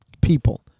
people